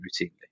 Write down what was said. routinely